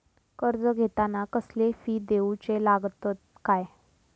कर्ज घेताना कसले फी दिऊचे लागतत काय?